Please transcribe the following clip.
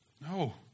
No